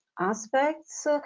aspects